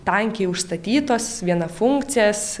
tankiai užstatytos vienafunkcės